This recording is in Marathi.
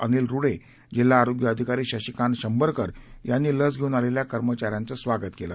अनिल रुडे जिल्हा आरोग्य अधिकारी शशिकांत शंभरकर यांनी लस घेऊन आलेल्या कर्मचाऱ्यांचे स्वागत केलं